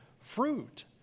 fruit